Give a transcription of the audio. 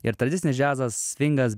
ir tradicinis džiazas svingas